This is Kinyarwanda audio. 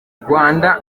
rwanda